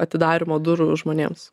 atidarymo durų žmonėms